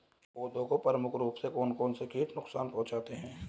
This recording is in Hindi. पौधों को प्रमुख रूप से कौन कौन से कीट नुकसान पहुंचाते हैं?